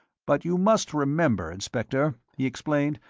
but you must remember, inspector, he explained,